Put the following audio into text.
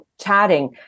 chatting